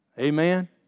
Amen